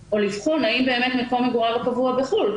האם אכן מקום מגוריו הקבוע הוא בחו"ל.